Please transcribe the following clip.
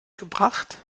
gebracht